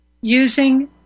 using